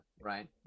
right